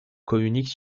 communique